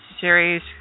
series